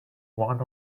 one